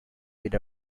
with